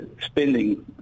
spending